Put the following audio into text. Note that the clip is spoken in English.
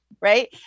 Right